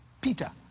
Peter